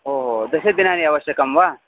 ओहो दशदिनानि आवश्यकं वा